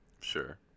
Sure